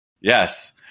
Yes